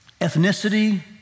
ethnicity